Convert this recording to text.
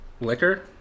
Liquor